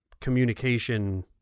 communication